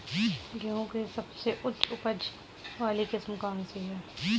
गेहूँ की सबसे उच्च उपज बाली किस्म कौनसी है?